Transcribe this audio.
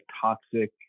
toxic